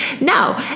no